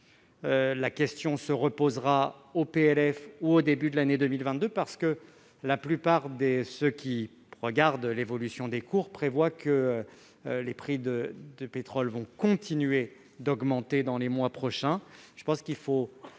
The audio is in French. projet de loi de finances ou au début de l'année 2022, parce que la plupart des ceux qui regardent l'évolution des cours prévoient que les prix du pétrole vont continuer d'augmenter dans les prochains